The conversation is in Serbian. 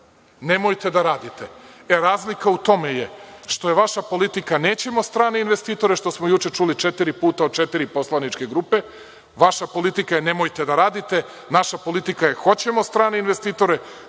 nemojte da radite. E, razlika u tome je, što je vaša politika – nećemo strane investitore, što smo juče čuli četiri puta, od četiri poslaničke grupe, vaša politika je – nemojte da radite, naša politika je – hoćemo strane investitore,